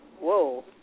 Whoa